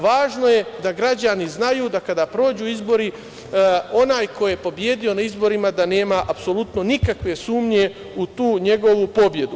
Važno je da građani znaju da kada prođu izbori onaj koji je pobedio na izborima da nema apsolutno nikakve sumnje u tu njegovu pobedu.